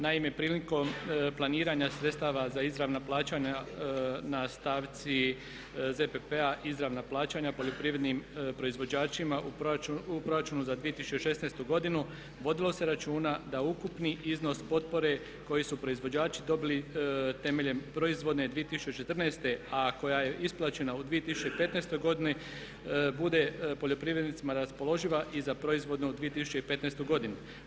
Naime prilikom planiranja sredstava za izravna plaćanja na stavci ZPP-a izravna plaća poljoprivrednim proizvođačima u proračunu za 2016. godinu vodilo se računa da ukupni iznos potpore koji su proizvođači dobili temeljem proizvodne 2014. a koja je isplaćena u 2015. bude poljoprivrednicima raspoloživa i za proizvode u 2015. godini.